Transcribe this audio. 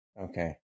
Okay